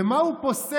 ומה הוא פוסק?